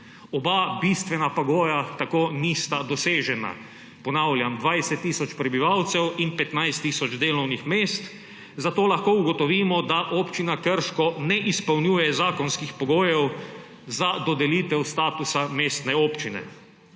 Oba bistvena pogoja tako nista dosežena. Ponavljam, 20 tisoč prebivalcev in 15 tisoč delovnih mest. Zato lahko ugotovimo, da občina Krško ne izpolnjuje zakonskih pogojev za dodelitev statusa mestne občine.